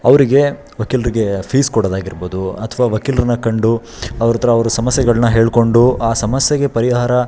ಅವರಿಗೆ ವಕೀಲ್ರಿಗೆ ಫೀಸ್ ಕೊಡೋದಾಗಿರ್ಬೋದು ಅಥವಾ ವಕೀಲ್ರನ್ನ ಕಂಡು ಅವ್ರ ಹತ್ರ ಅವ್ರ ಸಮಸ್ಯೆಗಳನ್ನ ಹೇಳಿಕೊಂಡು ಆ ಸಮಸ್ಯೆಗೆ ಪರಿಹಾರ